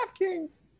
DraftKings